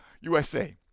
USA